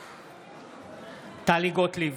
בעד טלי גוטליב,